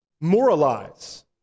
moralize